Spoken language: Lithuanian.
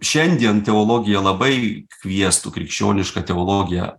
šiandien teologija labai kviestų krikščioniška teologija